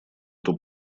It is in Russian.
эту